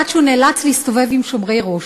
עד שהוא נאלץ להסתובב עם שומרי ראש.